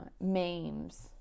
memes